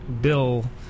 bill